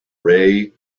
ray